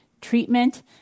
treatment